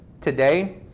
today